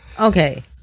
Okay